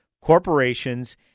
corporations